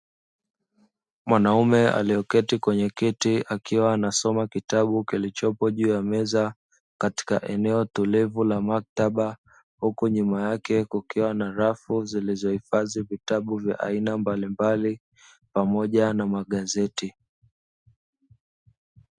Mwanaume aliyeketi kwenye kiti akiwa anasoma kitabu, kilichopo juu ya meza katika eneo tulivu la maktaba huku nyuma yake kukiwa na rafu zilizohifadhi vitabu vya aina mbalimbali pamoja na magazeti.